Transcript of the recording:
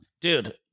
Dude